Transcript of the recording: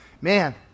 man